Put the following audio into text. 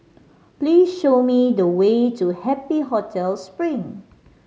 please show me the way to Happy Hotel Spring